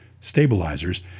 stabilizers